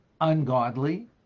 ungodly